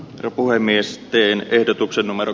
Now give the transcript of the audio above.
puhemies jeen ehdotuksen numero